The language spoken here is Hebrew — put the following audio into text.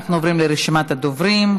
אנחנו עוברים לרשימת הדוברים.